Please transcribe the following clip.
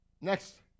next